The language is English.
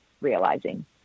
realizing